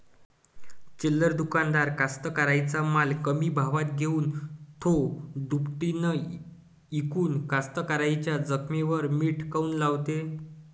चिल्लर दुकानदार कास्तकाराइच्या माल कमी भावात घेऊन थो दुपटीनं इकून कास्तकाराइच्या जखमेवर मीठ काऊन लावते?